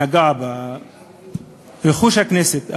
נגע ברכוש הכנסת.